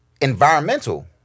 environmental